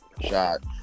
shot